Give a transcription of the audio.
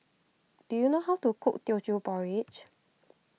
do you know how to cook Teochew Porridge